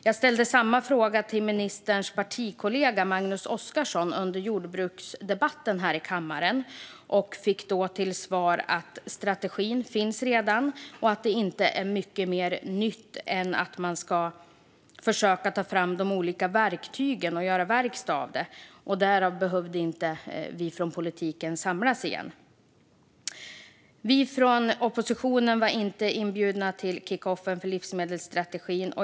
Jag ställde samma fråga till ministerns partikollega Magnus Oscarsson under jordbruksdebatten här i kammaren och fick då till svar att strategin redan finns och att det inte är mycket mer nytt än att man ska försöka att ta fram de olika verktygen och göra verkstad av det hela. Därför behövde inte vi från politiken samlas igen. Vi från oppositionen var inte inbjudna till kickoffen för livsmedelsstrategin.